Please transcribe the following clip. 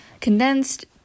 condensed